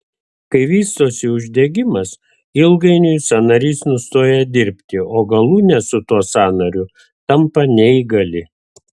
kai vystosi uždegimas ilgainiui sąnarys nustoja dirbti o galūnė su tuo sąnariu tampa neįgali